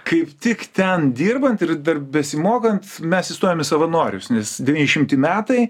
kaip tik ten dirbant ir dar besimokant mes įstojom į savanorius nes devynišimti metai